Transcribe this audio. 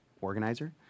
organizer